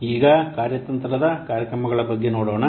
ಈಗ ಈ ಕಾರ್ಯತಂತ್ರದ ಕಾರ್ಯಕ್ರಮಗಳ ಬಗ್ಗೆ ನೋಡೋಣ